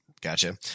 Gotcha